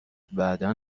بعدا